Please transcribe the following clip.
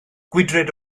gwydraid